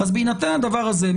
בהינתן הדבר הזה,